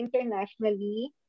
internationally